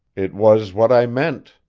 it was what i meant,